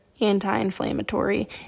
anti-inflammatory